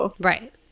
Right